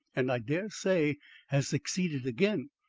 and i dare say has succeeded again.